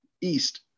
east